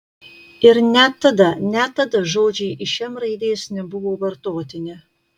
ir net tada net tada žodžiai iš m raidės nebuvo vartotini